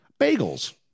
bagels